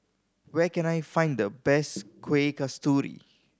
where can I find the best Kueh Kasturi